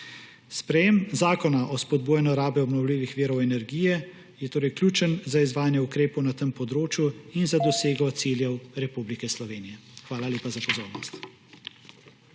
Sprejetje zakona o spodbujanju rabe obnovljivih energije je torej ključno za izvajanje ukrepov na tem področju in za dosego ciljev Republike Slovenije. Hvala lepa za pozornost.